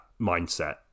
mindset